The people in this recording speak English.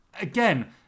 again